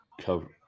cover